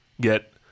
get